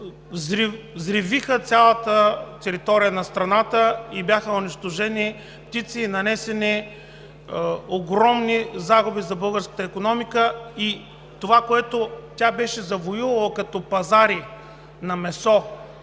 взривиха цялата територия на страната – бяха унищожени птици и нанесени огромни загуби за българската икономика. С това, което беше завоювала като пазари на месо